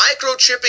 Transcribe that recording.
microchipping